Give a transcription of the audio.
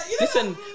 Listen